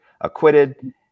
acquitted